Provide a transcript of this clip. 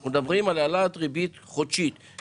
אנחנו מדברים על העלאת ריבית חודשית.